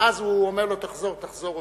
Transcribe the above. ואז הוא אומר לו: תחזור, תחזור.